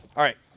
all right.